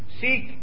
seek